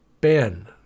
Ben